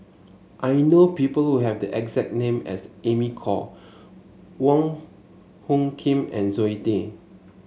I know people who have the exact name as Amy Khor Wong Hung Khim and Zoe Tay